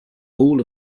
all